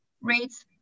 rates